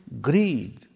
greed